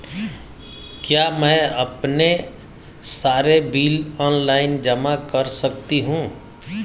क्या मैं अपने सारे बिल ऑनलाइन जमा कर सकती हूँ?